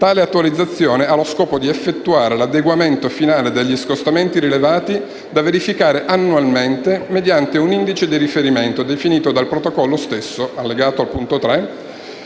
Tale attualizzazione ha lo scopo di effettuare l'adeguamento finale degli scostamenti rilevati, da verificare annualmente mediante un indice di riferimento definito dal protocollo stesso (allegato, punto 3),